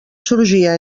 sorgia